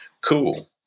Cool